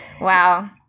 Wow